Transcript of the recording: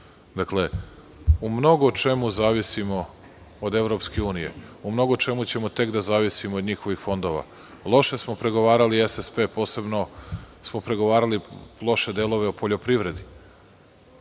u mnogo čemu zavisimo od EU. U mnogo čemu ćemo tek da zavisimo od njihovih fondova. Loše smo pregovarali SSP, posebno smo pregovarali loše delove o poljoprivredi.